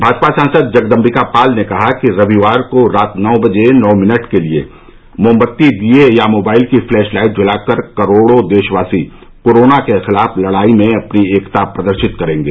भाजपा सांसद जगदम्बिका पाल ने कहा कि रविवार को रात नौ बजे नौ मिनट के लिए मोमबत्ती दिए या मोबाइल की फ्लैश लाइट जला करके करोड़ो देशवासी कोरोना के खिलाफ लड़ाई में अपनी एकता प्रदर्शित करेंगे